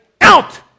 Out